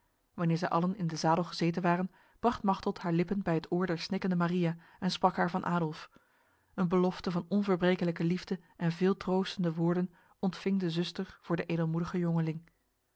wanneer zij allen in de zadel gezeten waren bracht machteld haar lippen bij het oor der snikkende maria en sprak haar van adolf een belofte van onverbrekelijke liefde en veel troostende woorden ontving de zuster voor de edelmoedige jongeling